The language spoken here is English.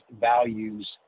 values